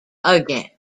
again